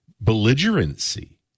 belligerency